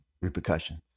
repercussions